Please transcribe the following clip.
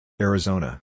Arizona